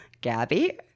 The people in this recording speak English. Gabby